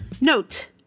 Note